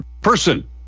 person